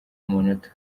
amanota